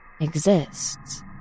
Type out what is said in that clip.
exists